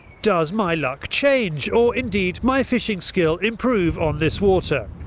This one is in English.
does my luck change or, indeed, my fishing skill improve on this water?